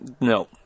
no